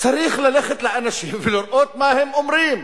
צריך ללכת לאנשים ולראות מה הם אומרים.